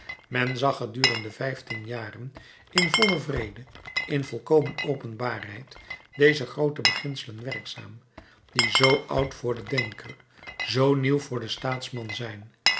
men zag gedurende vijftien jaren in vollen vrede in volkomen openbaarheid deze groote beginselen werkzaam die zoo oud voor den denker zoo nieuw voor den staatsman zijn